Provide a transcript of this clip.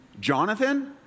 Jonathan